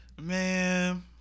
man